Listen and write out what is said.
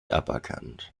aberkannt